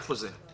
איפה זה?